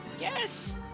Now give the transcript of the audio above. Yes